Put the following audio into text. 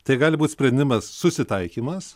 tai gali būti sprendimas susitaikymas